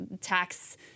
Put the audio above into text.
tax